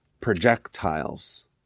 projectiles